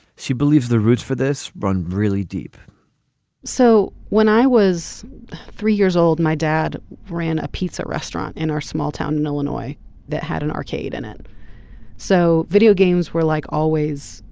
she believes the roots for this run really deep so when i was three years old my dad ran a pizza restaurant in our small town in illinois that had an arcade in it so video games were like always.